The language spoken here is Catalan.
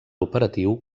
operatiu